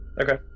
Okay